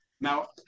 now